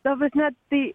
galbūt net į